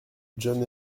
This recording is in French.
john